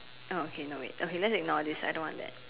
oh okay no wait okay let's ignore this I don't want that